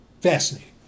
Fascinating